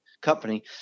company